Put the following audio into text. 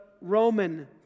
Roman